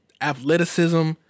athleticism